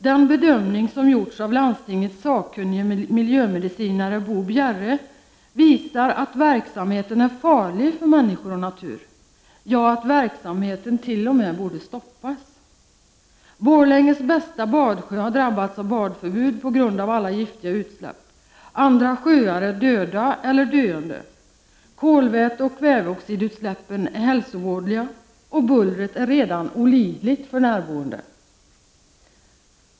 Den bedömning som gjorts av landstingets sakkunnige miljömedicinare Bo Bjerre visar att verksamheten är farlig för människor och natur — ja, att verksamheten t.o.m. borde stoppas! Borlänges bästa badsjö har drabbats av badförbud på grund av alla giftiga utsläpp. Andra sjöar är döda eller döende. Kolväteoch kväveoxidutsläppen är hälsovådliga. Bullret är redan olidligt för närboende.